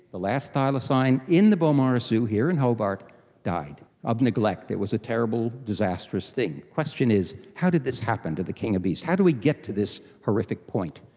the last thylacine in the beaumaris zoo here in hobart died of neglect. it was a terrible, disastrous thing. the question is, how did this happen to the king of beasts, how do we get to this horrific point?